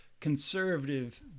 conservative